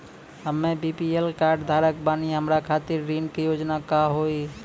हम्मे BPL card धारक बानि हमारा खातिर ऋण के योजना का होव हेय?